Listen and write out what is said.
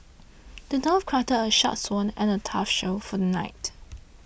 the dwarf crafted a sharp sword and a tough shield for the knight